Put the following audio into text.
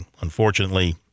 unfortunately